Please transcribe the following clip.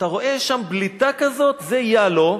יש שם בליטה כזאת, זה יאלו,